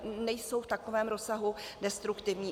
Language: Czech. Nejsou v takovém rozsahu destruktivní.